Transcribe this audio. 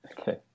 Okay